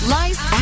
life